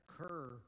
occur